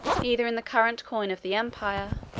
either in the current coin of the empire,